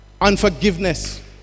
unforgiveness